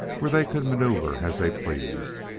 where they could maneuver as they pleased,